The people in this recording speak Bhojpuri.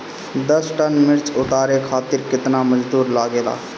दस टन मिर्च उतारे खातीर केतना मजदुर लागेला?